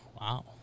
wow